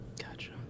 gotcha